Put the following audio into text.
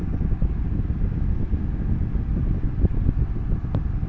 Insurance বা বিমা থেকে আমি কত দিন পরে টাকা তুলতে পারব?